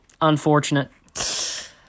Unfortunate